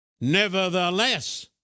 nevertheless